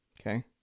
okay